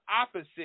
opposite